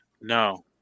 No